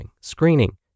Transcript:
screening